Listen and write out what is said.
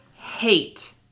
hate